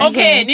Okay